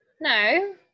No